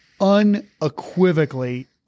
unequivocally